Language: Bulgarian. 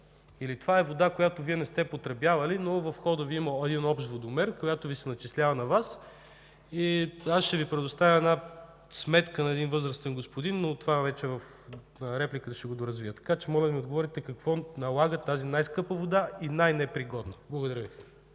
или това е вода, която Вие не сте потребявали, но във входа Ви има един общ водомер, по който Ви се начислява на Вас. Аз ще Ви предоставя една сметка на един възрастен господин, но това вече ще го доразвия в реплика, така че моля да ми отговорите: какво налага тази най-скъпа вода и най-непригодна за